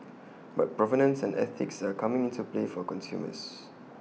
but provenance and ethics are coming into play for consumers